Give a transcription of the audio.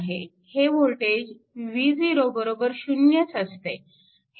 हे voltage v0 0 च असते